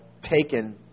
Taken